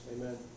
Amen